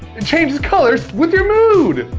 it changes colors with your mood!